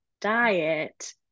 diet